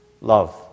love